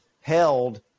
held